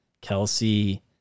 Kelsey